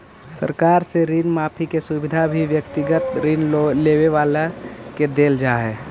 सरकार से ऋण माफी के सुविधा भी व्यक्तिगत ऋण लेवे वालन के देल जा हई